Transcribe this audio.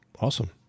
Awesome